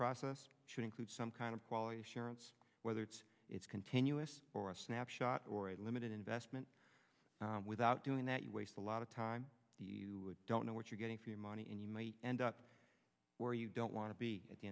process should include some kind of quality assurance whether it's it's continuous or a snapshot or a limited investment without doing that you waste a lot of time you don't know what you're getting for your money and you might end up where you don't want to be at the